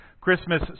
Christmas